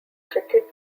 cricket